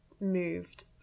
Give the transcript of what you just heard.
moved